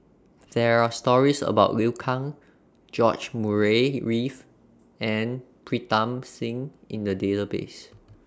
There Are stories about Liu Kang George Murray Reith and Pritam Singh in The Database